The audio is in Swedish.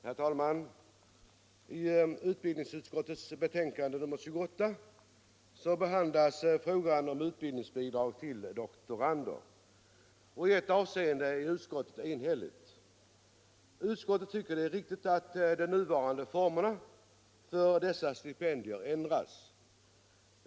Herr talman! I utbildningsutskottets betänkande nr 28 behandlas frågan om utbildningsbidrag till doktorander. I ett avseende är utskottet en hälligt. Utskottet tycker att det är riktigt att de nuvarande formerna för dessa stipendier ändras.